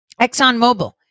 ExxonMobil